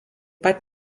pat